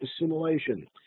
assimilation